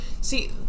See